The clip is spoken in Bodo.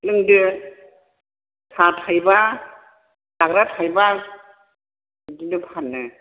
लोंदो साहा थाइबा जाग्रा थाइबा बिदिनो फानो